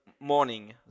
morning